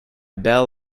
bell